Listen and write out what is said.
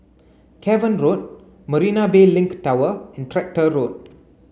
Cavan Road Marina Bay Link and Tractor Road